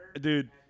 Dude